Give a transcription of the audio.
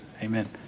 Amen